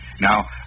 Now